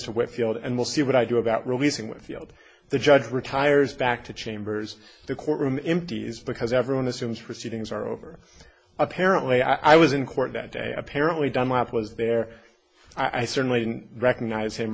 to whitfield and we'll see what i do about releasing with the old the judge retires back to chambers the courtroom employees because everyone assumes proceedings are over apparently i was in court that day apparently dunlap was there i certainly didn't recognize him